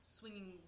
swinging